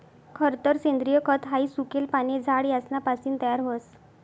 खरतर सेंद्रिय खत हाई सुकेल पाने, झाड यासना पासीन तयार व्हस